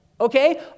okay